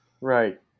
Right